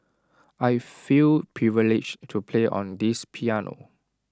I feel privileged to play on this piano